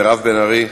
מירב בן ארי.